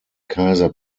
kaiser